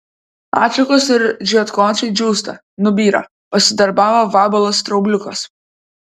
atšakos ir žiedkočiai džiūsta nubyra pasidarbavo vabalas straubliukas